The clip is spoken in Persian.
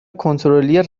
کنترلی